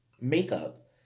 makeup